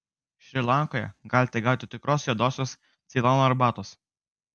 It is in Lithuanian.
šri lankoje galite gauti tikros juodosios ceilono arbatos